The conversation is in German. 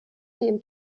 dem